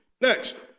Next